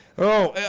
oh,